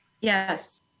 Yes